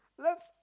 love